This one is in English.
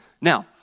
Now